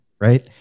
right